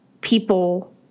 people